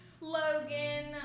Logan